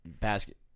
basket